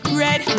red